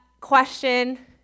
question